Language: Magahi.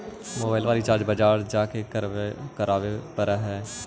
मोबाइलवा रिचार्ज बजार जा के करावे पर है?